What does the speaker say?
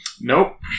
Nope